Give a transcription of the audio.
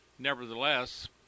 Nevertheless